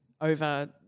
over